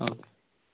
O